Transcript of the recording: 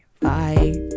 bye